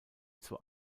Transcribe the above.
zur